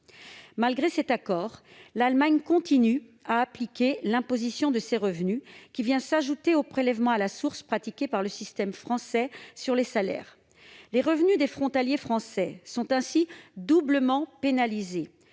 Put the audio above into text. Malgré cet accord, l'Allemagne continue d'appliquer l'imposition de ces revenus, laquelle s'ajoute au prélèvement à la source pratiqué par le système français sur les salaires. Les revenus des frontaliers français sont ainsi doublement pénalisés